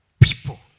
people